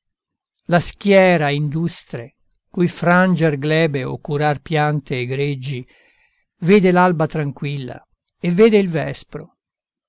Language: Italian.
la schiera industre cui franger glebe o curar piante e greggi vede l'alba tranquilla e vede il vespro